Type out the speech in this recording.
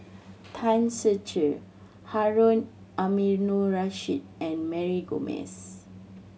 Tan Ser Cher Harun Aminurrashid and Mary Gomes